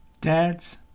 Dads